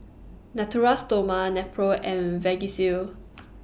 Natura Stoma Nepro and Vagisil